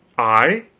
i?